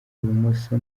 ibumoso